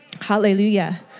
Hallelujah